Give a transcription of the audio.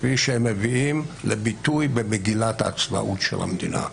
כפי שהם באים לידי ביטוי במגילת העצמאות של המדינה.